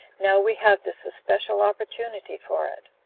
now we have this especial opportunity for it.